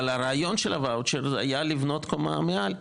אבל הרעיון של הוואוצ'ר היה לבנות קומה מעל,